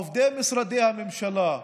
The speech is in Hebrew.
עובדי משרדי הממשלה,